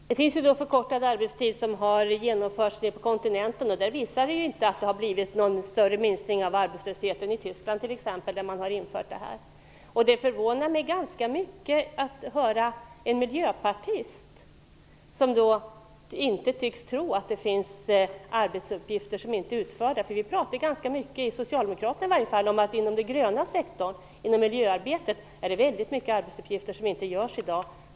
Fru talman! Arbetstidsförkortningar har genomförts på kontinenten och har inte lett till någon större minskning av arbetslösheten. Det gäller t.ex. i Tyskland. Det förvånar mig ganska mycket att höra en miljöpartist som inte tycks tro att det finns arbetsuppgifter som inte blir utförda. Vi talar i varje fall inom socialdemokratin ganska mycket om att det i miljöarbetet, inom den gröna sektorn, finns många arbetsuppgifter som i dag inte blir utförda.